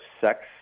sex